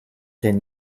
ten